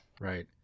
Right